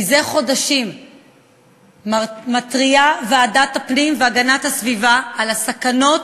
זה חודשים מתריעה ועדת הפנים והגנת הסביבה על הסכנות